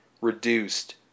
reduced